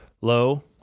low